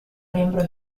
membro